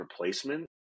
replacement